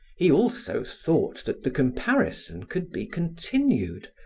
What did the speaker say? he also thought that the comparison could be continued,